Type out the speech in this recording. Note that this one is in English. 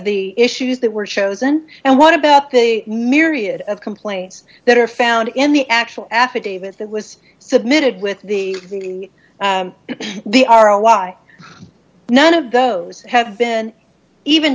the issues that were chosen and what about the myriad of complaints that are found in the actual affidavit that was submitted with the r o y none of those have been even